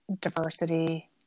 diversity